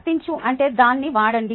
వర్తించు అంటే దాన్ని వాడండి